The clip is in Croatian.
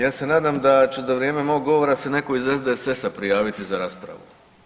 Ja se nadam da će za vrijeme mog govora neko iz SDSS-a prijaviti za raspravu.